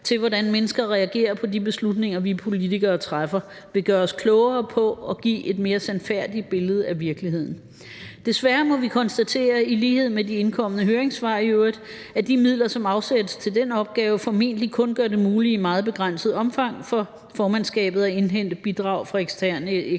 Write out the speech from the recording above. til, hvordan mennesker reagerer på de beslutninger, vi politikere træffer, vil gøre os klogere på og give et mere sandfærdigt billede af virkeligheden. Desværre må vi konstatere – i lighed med de indkomne høringssvar i øvrigt – at de midler, som afsættes til den opgave, formentlig kun gør det muligt i meget begrænset omfang for formandskabet at indhente bidrag fra eksterne eksperter.